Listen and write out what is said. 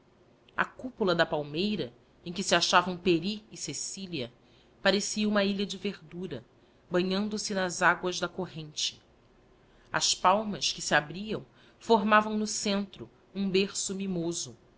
a cupola da palmeira em que se achavam pery e cecilia parecia uma ilha de verdura banhando se nas aguas da corrente as palmas que se abriam formavam no centro um berço mimoso